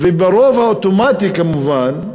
וברוב האוטומטי, כמובן,